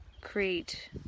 create